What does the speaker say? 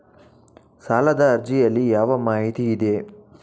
ಸಾಲದ ಅರ್ಜಿಯಲ್ಲಿ ಯಾವ ಮಾಹಿತಿ ಇದೆ?